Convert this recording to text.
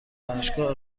دانشگاه